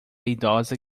idosa